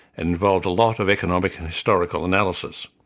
and involved a lot of economic and historical analysis.